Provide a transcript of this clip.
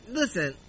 listen